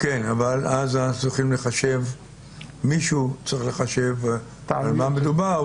אבל אז מישהו צריך לחשב במה מדובר,